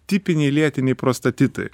tipiniai lėtiniai prostatitai